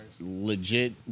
Legit